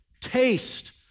Taste